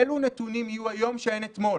אילו נתונים יהיו היום שאין אתמול?